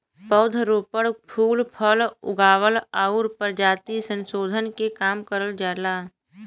पौध रोपण, फूल फल उगावल आउर परजाति संसोधन के काम करल जाला